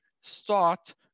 start